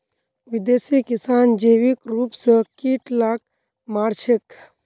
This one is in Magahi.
विदेशी किसान जैविक रूप स कीट लाक मार छेक